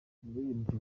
umuririmbyi